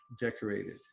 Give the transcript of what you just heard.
decorated